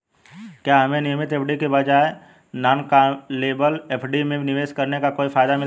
क्या हमें नियमित एफ.डी के बजाय नॉन कॉलेबल एफ.डी में निवेश करने का कोई फायदा मिलता है?